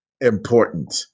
important